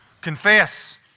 Confess